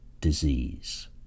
disease